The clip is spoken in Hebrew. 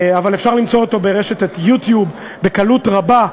אבל אפשר למצוא אותו ברשת "יוטיוב" בקלות רבה,